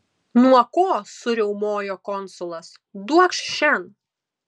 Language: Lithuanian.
nuo ko suriaumojo konsulas duokš šen